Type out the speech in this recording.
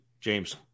James